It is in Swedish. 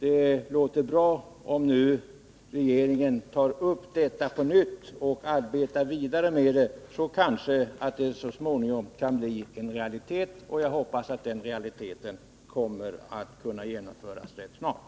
Det är bra om regeringen nu tar upp denna fråga på nytt och arbetar vidare med den. Detta förslag kanske så småningom kan bli en realitet, och jag hoppas att det kommer att kunna genomföras rätt snart.